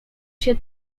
się